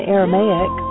Aramaic